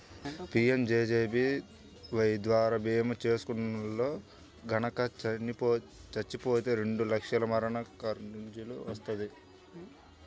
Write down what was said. PMJJBY ద్వారా భీమా చేసుకున్నోల్లు గనక చచ్చిపోతే రెండు లక్షల మరణ కవరేజీని వత్తది